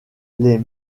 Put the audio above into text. les